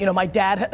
you know my dad,